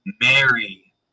Mary